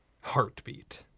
heartbeat